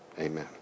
Amen